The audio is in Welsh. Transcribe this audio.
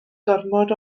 gormod